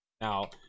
Now